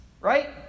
right